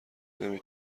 نمی